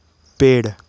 पेड़